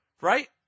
Right